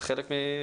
זה חלק מהעניין.